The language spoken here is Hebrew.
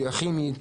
ביוכימי,